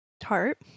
Tart